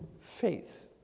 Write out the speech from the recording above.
faith